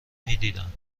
میدیدم